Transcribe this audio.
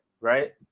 right